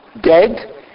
dead